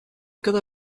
cada